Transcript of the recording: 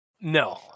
No